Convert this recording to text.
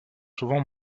souvent